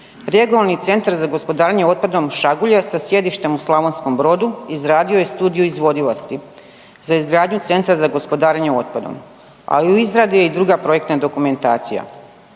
Regionalni centar za gospodarenje otpadom Šagulja sa sjedištem u Slavonskom Brodu izradio je studiju izvodivosti za izgradnju centra za gospodarenje otpadom, a u izradi je i druga projektna dokumentacija.